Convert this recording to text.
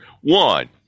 one